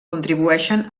contribueixen